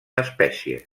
espècie